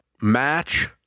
match